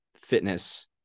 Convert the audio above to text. fitness